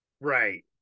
Right